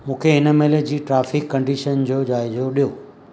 मूंखे हिन महिल जी ट्राफिक कंडीशन जो जाइजो ॾियो